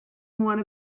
one